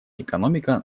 экономика